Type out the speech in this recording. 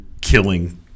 killing